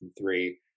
three